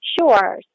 Sure